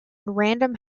random